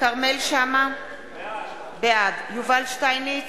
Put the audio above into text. (קוראת בשמות חברי הכנסת) ראובן ריבלין,